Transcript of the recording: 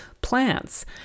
plants